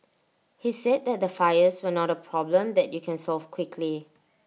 he said that the fires were not A problem that you can solve quickly